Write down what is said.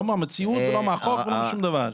לא מהמציאות ולא מהחוק ולא משום דבר.